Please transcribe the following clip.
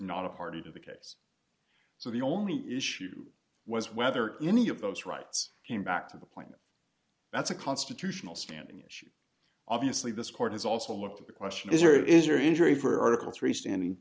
not a party to the case so the only issue was whether any of those rights came back to the point that's a constitutional standing issue obviously this court has also looked at the question is or is your injury for article three standing